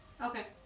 Okay